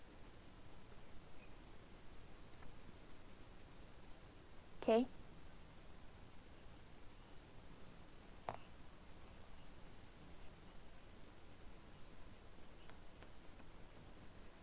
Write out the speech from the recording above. K